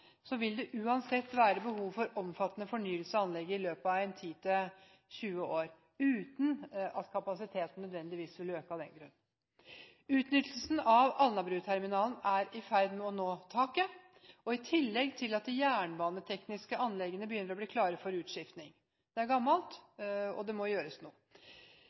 vil det uansett være behov for omfattende fornyelse av anlegget i løpet av 10–20 år – uten at kapasiteten nødvendigvis vil øke av den grunn. Utnyttelsen av Alnabruterminalen er i ferd med å nå taket, i tillegg til at de jernbanetekniske anleggene begynner å bli klare for utskiftning. De er gamle, og det må gjøres